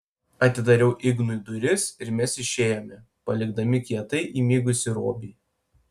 atidariau ignui duris ir mes išėjome palikdami kietai įmigusį robį